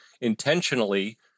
intentionally